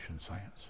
science